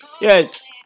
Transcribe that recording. Yes